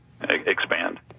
expand